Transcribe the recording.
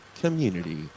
community